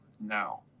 now